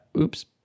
oops